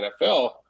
NFL